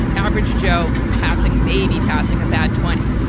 average joe passing, maybe passing a bad twenty.